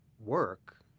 work